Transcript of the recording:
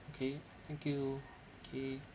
okay thank you okay